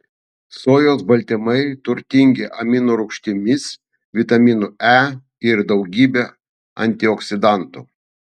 sojos baltymai turtingi aminorūgštimis vitaminu e ir daugybe antioksidantų